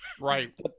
right